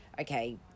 okay